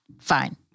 fine